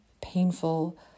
painful